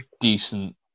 decent